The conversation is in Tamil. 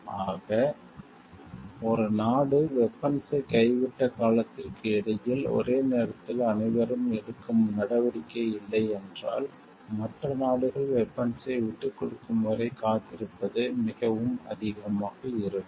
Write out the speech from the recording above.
ஆக ஒரு நாடு வெபன்ஸ்ஸை கைவிட்ட காலத்திற்கு இடையில் ஒரே நேரத்தில் அனைவரும் எடுக்கும் நடவடிக்கை இல்லை என்றால் மற்ற நாடுகள் வெபன்ஸ்ஸை விட்டுக்கொடுக்கும் வரை காத்திருப்பது மிகவும் அதிகமாக இருக்கும்